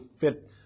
fit